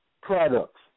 Products